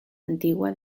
antigua